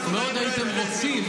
הם ביקשו ממני,